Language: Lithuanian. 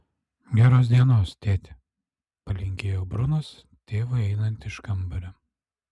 geros dienos tėti palinkėjo brunas tėvui einant iš kambario